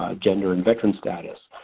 ah gender and veteran status,